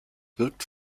wirkt